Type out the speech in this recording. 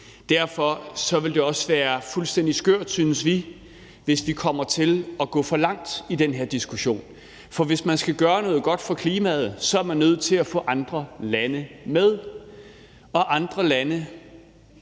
også, at det vil være fuldstændig skørt, hvis vi kommer til at gå for langt i den her diskussion. For hvis man kan gøre noget godt for klimaet, er man nødt til at få andre lande med, og andre lande,